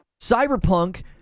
Cyberpunk